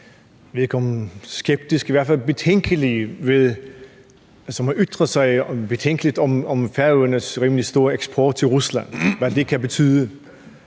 man kan sige skeptiske, men i hvert fald betænkelige, når man har ytret sig om Færøernes rimelig store eksport til Rusland, og hvad det kan betyde,